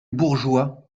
bourgeois